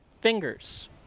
fingers